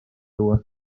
tuua